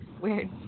weird